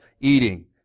eating